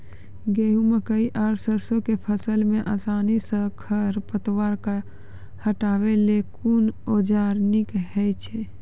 गेहूँ, मकई आर सरसो के फसल मे आसानी सॅ खर पतवार हटावै लेल कून औजार नीक है छै?